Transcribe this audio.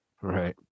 Right